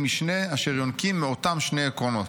משנה אשר יונקים מאותם שני עקרונות: